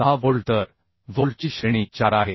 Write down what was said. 6 volt तर व्होल्टची श्रेणी 4 आहे